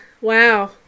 wow